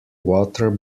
water